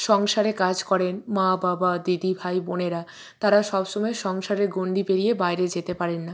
সংসারে কাজ করেন মা বাবা দিদি ভাই বোনেরা তারা সবসময় সংসারের গন্ডি পেড়িয়ে বাইরে যেতে পারেন না